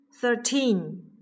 thirteen